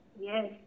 Yes